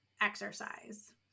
exercise